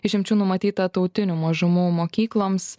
išimčių numatyta tautinių mažumų mokykloms